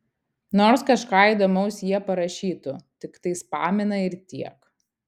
nors kažką įdomaus jie parašytų tiktai spamina ir tiek